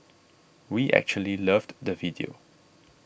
we actually loved the video